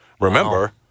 Remember